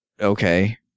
okay